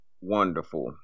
wonderful